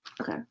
Okay